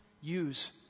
use